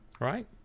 Right